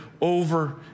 over